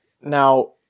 Now